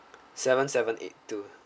seven seven eight two